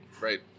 right